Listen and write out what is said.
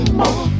more